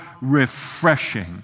refreshing